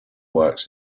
works